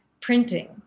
printing